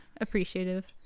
appreciative